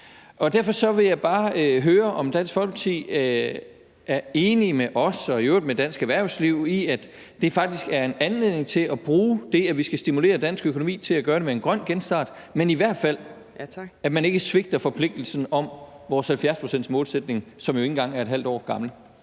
Og derfor vil jeg bare høre, om Dansk Folkeparti er enig med os og i øvrigt med dansk erhvervsliv i, at det faktisk er en anledning til at bruge det, at vi skal stimulere dansk økonomi, at gøre det med en grøn genstart, og i hvert fald at man ikke svigter forpligtelsen i forhold til vores 70-procentsmålsætning, som jo ikke engang er et halvt år gammel.